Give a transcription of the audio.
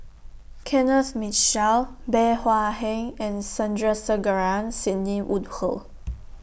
Kenneth Mitchell Bey Hua Heng and Sandrasegaran Sidney Woodhull